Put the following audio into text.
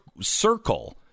circle